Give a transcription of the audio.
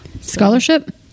Scholarship